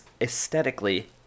aesthetically